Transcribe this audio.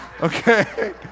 okay